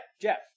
jeff